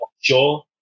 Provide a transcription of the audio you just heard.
sure